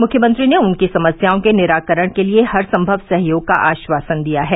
मुख्यमंत्री ने उनकी समस्याओं के निराकरण के लिए हरसंभव सहयोग का आश्वासन दिया है